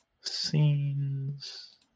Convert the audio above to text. scenes